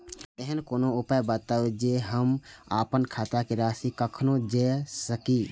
ऐहन कोनो उपाय बताबु जै से हम आपन खाता के राशी कखनो जै सकी?